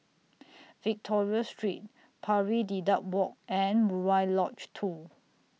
Victoria Street Pari Dedap Walk and Murai Lodge two